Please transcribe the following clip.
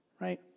Right